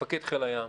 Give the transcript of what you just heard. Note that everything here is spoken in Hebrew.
מפקד חיל הים,